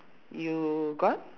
you got